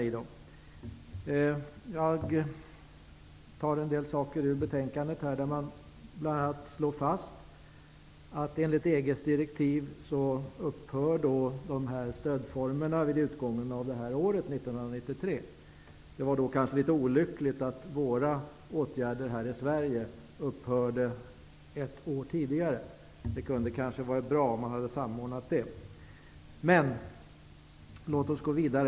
I betänkandet slås bl.a. fast att de här stödformerna upphör vid utgången av 1993, enligt EG:s direktiv. Det var då litet olyckligt att våra åtgärder här i Sverige upphörde ett år tidigare. Det kunde ha varit bra om detta hade samordnats.